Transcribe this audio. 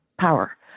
power